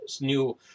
new